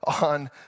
on